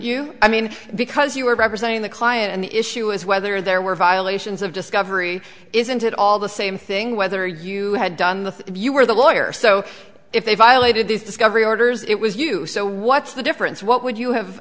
you i mean because you were representing the client and the issue is whether there were violations of discovery isn't at all the same thing whether you had done the if you were the lawyer so if they violated this discovery orders it was you so what's the difference what would you have